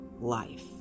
life